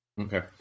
Okay